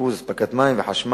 ניקוז ואספקת מים וחשמל.